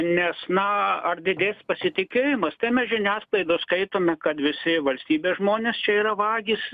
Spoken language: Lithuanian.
nes na ar didės pasitikėjimas tai mes žiniasklaidoje skaitome kad visi valstybės žmonės čia yra vagys